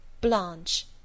Blanche